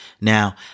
Now